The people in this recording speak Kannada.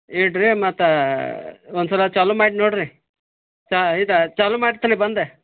ಇಡ್ರಿ ಮತ್ತು ಒಂದ್ಸಲ ಚಾಲು ಮಾಡಿ ನೋಡ್ರಿ ಸಾ ಇದ ಚಾಲು ಮಾಡ್ತೇನೆ ಬಂದೆ